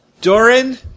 Doran